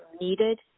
needed